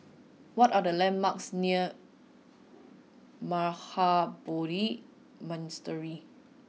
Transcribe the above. what are the landmarks near Mahabodhi Monastery